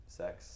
sex